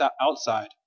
outside